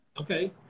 okay